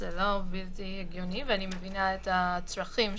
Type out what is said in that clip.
אם את מבינה אותי נכון,